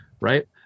Right